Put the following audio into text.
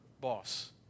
boss